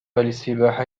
للسباحة